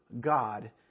God